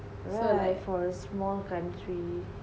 yeah for a small country